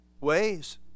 ways